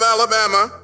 Alabama